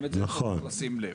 גם לזה צריך לשים לב.